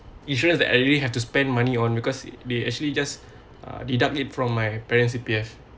insurance that I really have to spend money on because they actually just uh deduct it from my parents C_P_F